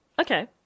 Okay